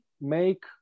make